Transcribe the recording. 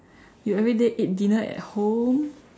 you everyday eat dinner at home